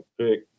pick